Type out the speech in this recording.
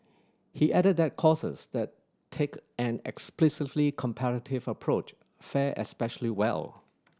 he added that courses that take an explicitly comparative approach fare especially well